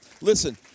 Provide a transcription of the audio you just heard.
Listen